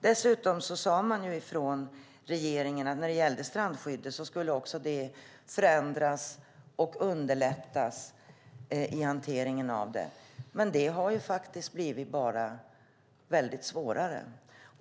När det gällde strandskyddet sade regeringen att hanteringen av det skulle ändras och underlättas, men det har bara blivit ännu svårare.